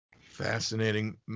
Fascinating